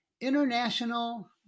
International